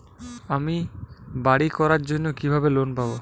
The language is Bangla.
আমি বাড়ি করার জন্য কিভাবে লোন পাব?